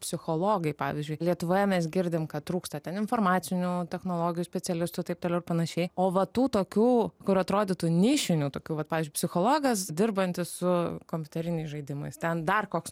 psichologai pavyzdžiui lietuvoje mes girdim kad trūksta ten informacinių technologijų specialistų taip toliau ir panašiai o va tų tokių kur atrodytų nišinių tokių vat pavyzdžiui psichologas dirbantis su kompiuteriniais žaidimais ten dar koks